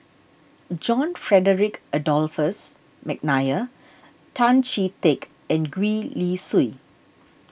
John Frederick Adolphus McNair Tan Chee Teck and Gwee Li Sui